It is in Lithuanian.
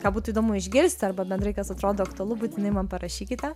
ką būtų įdomu išgirsti arba bendrai kas atrodo aktualu būtinai man parašykite